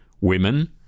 women